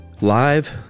live